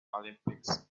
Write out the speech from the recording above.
olympics